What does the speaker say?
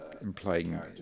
implying